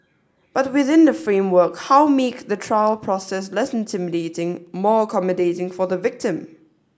but within that framework how make the trial process less intimidating more accommodating for the victim